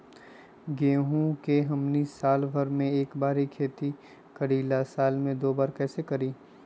गेंहू के हमनी साल भर मे एक बार ही खेती करीला साल में दो बार कैसे करी?